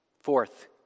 Fourth